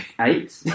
Eight